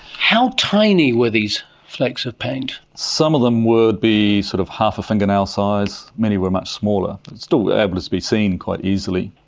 how tiny were these like so of paint? some of them would be sort of half a fingernail sized, many were much smaller, still able to to be seen quite easily.